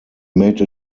made